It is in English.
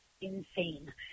insane